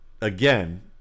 again